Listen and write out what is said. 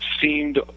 seemed